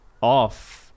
off